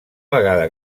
vegada